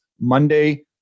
Monday